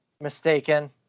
mistaken